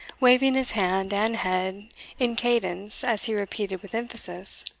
waving his hand and head in cadence as he repeated with emphasis,